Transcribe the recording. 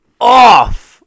off